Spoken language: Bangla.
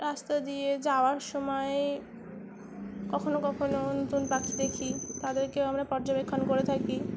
রাস্তা দিয়ে যাওয়ার সময় কখনও কখনও নতুন পাখি দেখি তাদেরকেও আমরা পর্যবেক্ষণ করে থাকি